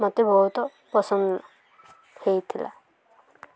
ମୋତେ ବହୁତ ପସନ୍ଦ ହେଇଥିଲା